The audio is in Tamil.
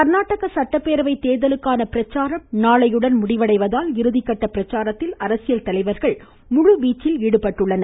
கர்நாடக சட்டப்பேரவை தேர்தலுக்கான் பிரச்சாரம் நாளையுடன் முடிவடைவதால் இறுதிகட்ட பிரச்சாரத்தில் அரசியல் தலைவர்கள் முழுவீச்சில் ஈடுபட்டுள்ளனர்